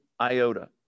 iota